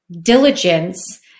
diligence